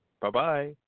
Bye-bye